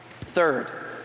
Third